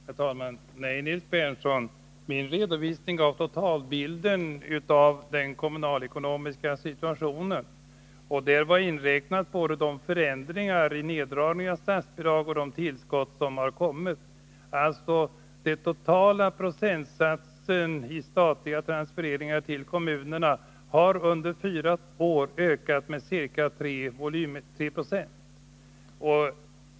Herr talman! Nej, Nils Berndtson, min redovisning gav totalbilden av den kommunalekonomiska situationen. Där inräknades förändringar både beträffande neddragning av statsbidrag och i fråga om tillskott. Den totala procentsatsen när det gäller statliga transfereringar till kommunerna har under fyra år ökat med ca 3 90.